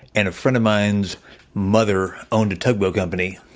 and a friend of mine's mother owned a tugboat company.